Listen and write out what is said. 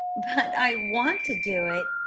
but i want to do it,